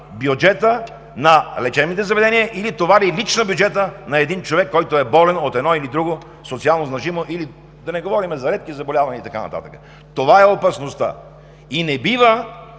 бюджета на лечебните заведения или товари лично бюджета на един човек, който е болен от едно или друго социално значимо, да не говорим за редки заболявания, и така нататък. Това е опасността! Не бива